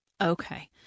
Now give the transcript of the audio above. Okay